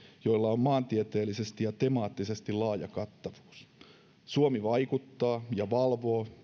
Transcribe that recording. joilla on maantieteellisesti ja temaattisesti laaja kattavuus suomi vaikuttaa järjestöjen toimintaan ja valvoo